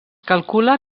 calcula